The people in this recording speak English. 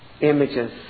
images